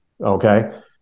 Okay